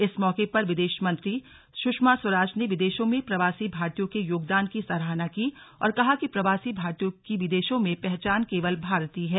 इस मौके पर विदेश मंत्री सुषमा स्वराज ने विदेशों में प्रवासी भारतीयों के योगदान की सराहना की और कहा कि प्रवासी भारतीयों की विदेशों में पहचान केवल भारतीय है